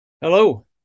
Hello